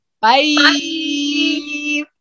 bye